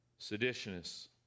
seditionists